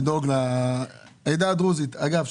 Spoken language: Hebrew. לדאוג לעדה הדרוזית ואגב,